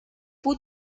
fue